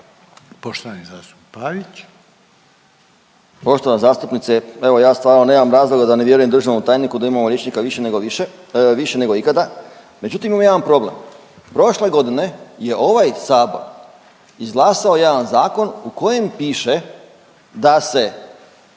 Poštovana zastupnice evo ja stvarno nemam razloga da ne vjerujem državnom tajniku da imamo liječnika više nego više, više nego ikada, međutim ima jedan problem. Prošle godine je ovaj sabor izglasao jedan zakon u kojem piše da se